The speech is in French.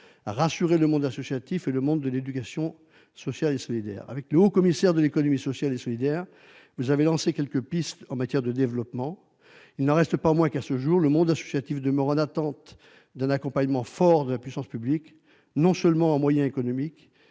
à rassurer le monde associatif et le monde de l'économie sociale et solidaire. Avec le Haut-Commissaire à l'économie sociale et solidaire, vous avez lancé quelques pistes en matière de développement. À ce jour, le monde associatif n'en demeure pas moins en attente d'un accompagnement fort de la puissance publique, non seulement en termes de moyens économiques,